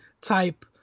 type